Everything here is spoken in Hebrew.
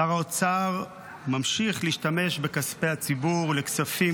שר האוצר ממשיך להשתמש בכספי הציבור לכספים